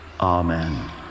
amen